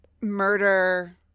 murder